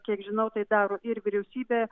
kiek žinau tai daro ir vyriausybė